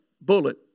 bullet